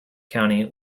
county